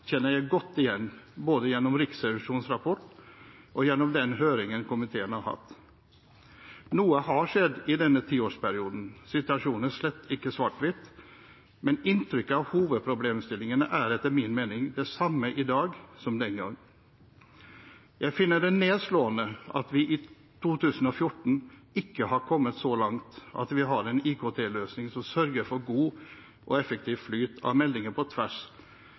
kjenner jeg godt igjen, både gjennom Riksrevisjonens rapport og gjennom den høringen komiteen har hatt. Noe har skjedd i denne tiårsperioden, situasjonen er slett ikke svart-hvit men inntrykket av hovedproblemstillingene er etter min mening det samme i dag som den gang. Jeg finner det nedslående at vi i 2014 ikke har kommet så langt at vi har en IKT-løsning som sørger for god og effektiv flyt av meldinger på tvers